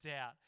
out